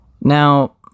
Now